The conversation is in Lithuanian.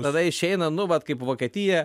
tada išeina nu vat kaip vokietija